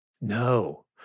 No